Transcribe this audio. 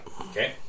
Okay